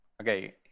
Okay